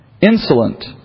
insolent